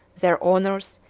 their honors,